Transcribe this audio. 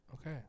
Okay